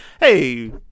Hey